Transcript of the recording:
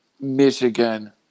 Michigan